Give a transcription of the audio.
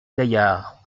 gaillard